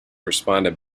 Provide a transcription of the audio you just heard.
responded